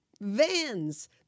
vans